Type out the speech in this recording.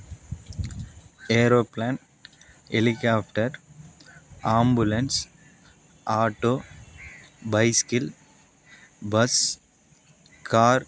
aeroplane helicopter ambulance auto bicycle bus car